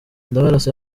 ndabarasa